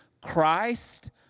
Christ